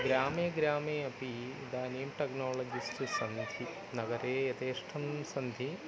ग्रामे ग्रामे अपि इदानीं टेक्नाळजिस्ट् सन्ति नगरे यथेष्टं सन्ति